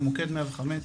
הוא מוקד 105,